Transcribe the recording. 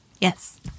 yes